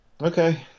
Okay